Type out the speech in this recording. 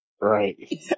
Right